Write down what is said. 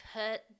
put